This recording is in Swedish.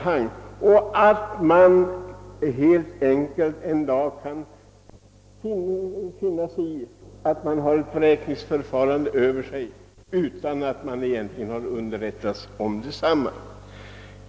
Man kan en dag helt plötsligt finna att man har ett vräkningsförfarande hängande över sig utan att man har blivit underrättad om det.